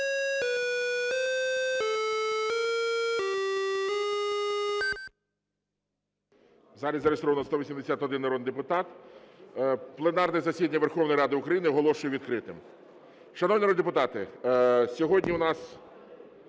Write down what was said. залі зареєстровано 181 народний депутат. Пленарне засідання Верховної Ради України оголошую відкритим. Шановні народні депутати, сьогодні у нас